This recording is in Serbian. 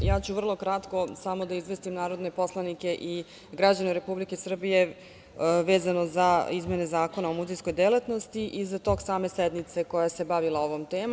Ja ću vrlo kratko, samo da izvestim narodne poslanike i građane Republike Srbije vezano za izmene Zakona o muzejskoj delatnosti i za tok same sednice koja se bavila ovom temom.